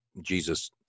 Jesus